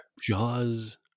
Jaws